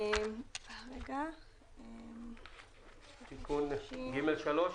תיקון (ג3)?